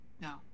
no